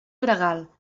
gregal